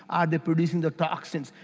are they producing the toxins?